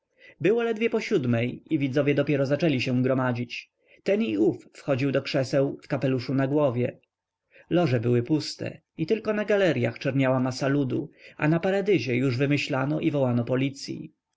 było ledwie po siódmej i widzowie dopiero zaczęli się gromadzić ten i ów wchodził do krzeseł w kapeluszu na głowie loże były puste i tylko na galeryach czerniała masa ludu a na paradyzie już wymyślano i wołano policyi